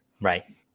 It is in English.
Right